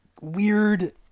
weird